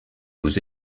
aux